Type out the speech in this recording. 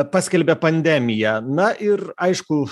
paskelbė pandemiją na ir aišku